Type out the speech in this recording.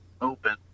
open